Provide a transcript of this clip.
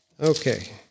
Okay